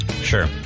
Sure